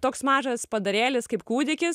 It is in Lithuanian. toks mažas padarėlis kaip kūdikis